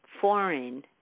foreign